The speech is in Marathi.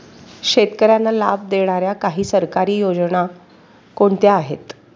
शेतकऱ्यांना लाभ देणाऱ्या काही सरकारी योजना कोणत्या आहेत?